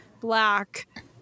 black